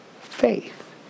faith